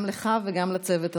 גם לך וגם לצוות המסור.